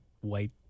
white